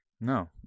No